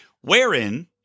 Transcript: wherein